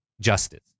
justice